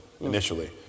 initially